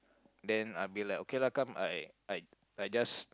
then I be like okay lah come I I I just